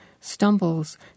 stumbles